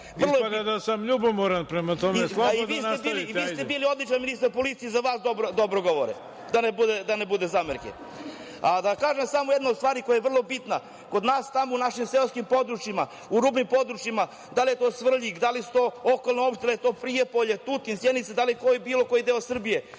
Ispada da sam ljubomoran. Prema tome, slobodno nastavite. **Milija Miletić** I vi ste bili odličan ministar policije i za vas dobro govore, da ne bude zamerke. Da kažem samo jednu od stvari koja je vrlo bitna. Kod nas tamo u našim seoskim područjima, u rudnim područjima, da li je to Svrljig, da li su to okolne opštine, Prijepolje, Tutin, Sjenica, da li je bilo koji deo Srbije,